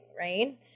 right